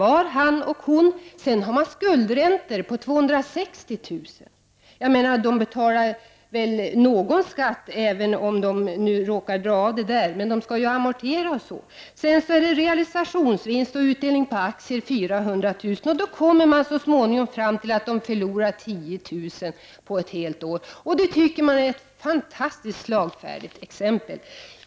Familjen hade vidare skuldräntor på 260 000 kronor. Familjen betalar väl ändå någon skatt även om man kan dra av dessa räntor. Lånen skall ju också amorteras. I realisationsvinst och utdelningar på aktier hade familjen 400 000 kr. Så småningom kom man fram till att familjen förlorar 10 000 kr. på ett år. Det tycker man är ett fantastiskt slående exempel.